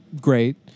great